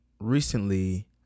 recently